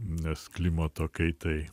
nes klimato kaitai